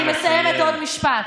אני מסיימת, עוד משפט.